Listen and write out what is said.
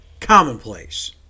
commonplace